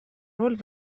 роль